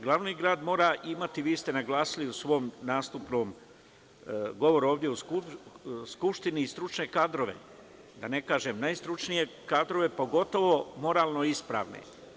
Glavni grad mora da ima i vi ste naglasili u svom nastupnom govoru ovde u skupštini, stručne kadrove, da ne kažem najstručnije kadrove, pogotovo moralno ispravne.